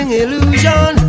illusion